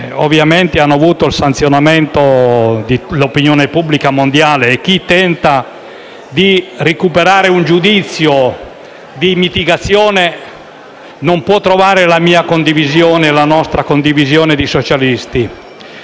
che hanno ricevuto la sanzione dell'opinione pubblica mondiale e chi tenta di recuperare un giudizio di mitigazione non può trovare la mia condivisione e la nostra condivisione di socialisti.